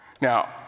Now